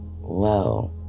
whoa